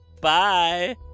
Bye